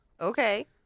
Okay